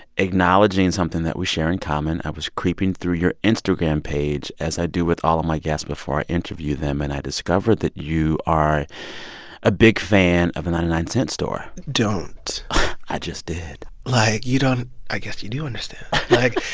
acknowledging something that we share in common. i was creeping through your instagram page, as i do with all of my guests before i interview them, and i discovered that you are a big fan of the ninety nine cents store don't i just did like, you don't i guess you do understand. like,